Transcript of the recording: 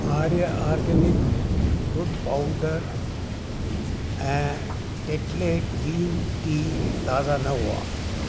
Arya organic ॻुड़ powder ऐं Tetley green tea ताज़ा न हुआ